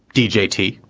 d j. t,